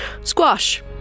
Squash